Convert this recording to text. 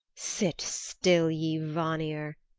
sit still, ye vanir,